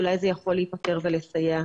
אולי זה יכול להפתר ולסייע,